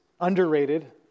underrated